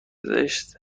زشته